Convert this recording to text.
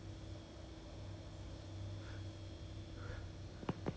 你 just 请 Xin Mei then later Xin Mei go and pao toh then go and tell Jen and all that ah